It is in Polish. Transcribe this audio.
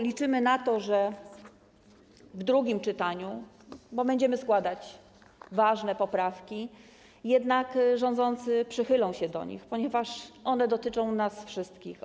Liczymy na to, że w drugim czytaniu - bo będziemy składać ważne poprawki - jednak rządzący przychylą się do nich, ponieważ one dotyczą nas wszystkich.